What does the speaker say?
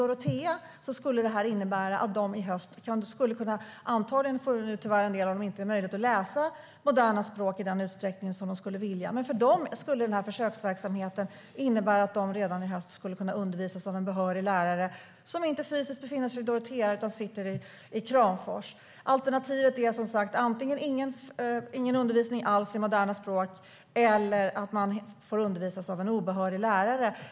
Antagligen får tyvärr en del av eleverna i Dorotea inte möjlighet att läsa moderna språk i den utsträckning som de skulle vilja, men för dem skulle den här försöksverksamheten innebära att de redan i höst skulle kunna undervisas av en behörig lärare som inte fysiskt befinner sig i Dorotea utan sitter i Kramfors. Alternativet är som sagt antingen ingen undervisning alls i moderna språk eller undervisning av en obehörig lärare.